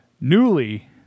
newly